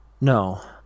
no